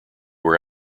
were